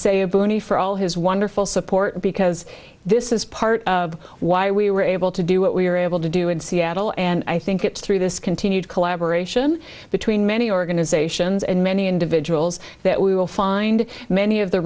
say a bunny for all his wonderful support because this is part of why we were able to do what we were able to do in seattle and i think it's through this continued collaboration between many organizations and many individuals that we will find many of the